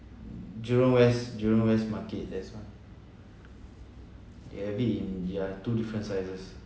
jurong west jurong west market there's one ya a bit in ya two different sizes